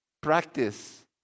practice